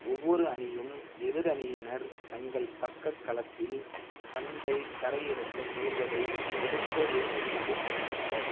ஒவ்வொரு அணியும் எதிர் அணியினர் தங்கள் பக்கக் களத்தில் பந்தைத் தரையிறக்க முயல்வதைத் தடுக்க ஒருங்கிணைந்து செயல்படுவர்